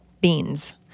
beans